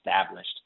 established